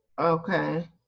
Okay